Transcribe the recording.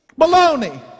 baloney